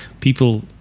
people